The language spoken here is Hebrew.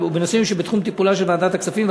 ובנושאים שבתחום טיפולה של ועדת הכספים,